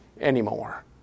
anymore